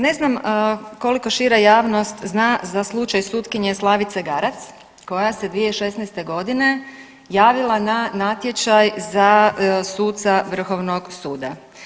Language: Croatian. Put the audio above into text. Ne znam koliko šira javnost zna za slučaj sutkinje Slavice Garac koja se 2016.g. javila na natječaj za suca vrhovnog suda.